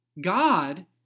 God